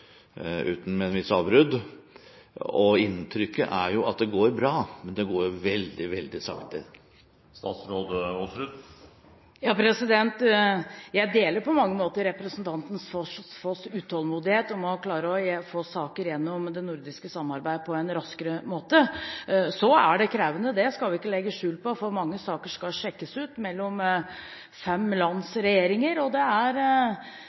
og inntrykket er at det går bra, men det går veldig, veldig sakte. Jeg deler på mange måter representanten Foss’ utålmodighet etter å klare å få saker gjennom det nordiske samarbeidet på en raskere måte. Så er det krevende – det skal vi ikke legge skjul på – for mange saker skal sjekkes ut mellom fem lands regjeringer, og det er